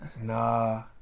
Nah